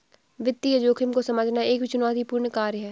वित्तीय जोखिम को समझना एक चुनौतीपूर्ण कार्य है